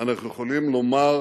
אנחנו יכולים לומר